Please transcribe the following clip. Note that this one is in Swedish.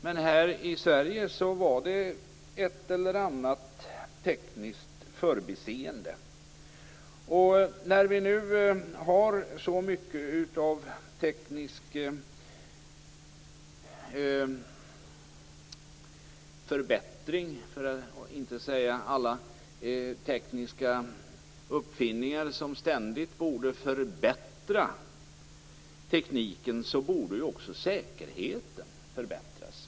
Men här i Sverige var det ett eller annat tekniskt förbiseende. När vi nu har alla dessa tekniska uppfinningar som ständigt borde förbättra tekniken, så borde också säkerheten förbättras.